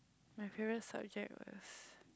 my favourite subject was